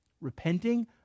Repenting